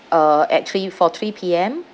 uh at three four three P_M